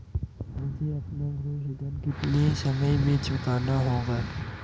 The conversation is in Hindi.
मुझे अपना गृह ऋण कितने समय में चुकाना होगा?